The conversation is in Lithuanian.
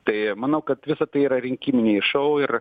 tai manau kad visa tai yra rinkiminiai šou